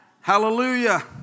Hallelujah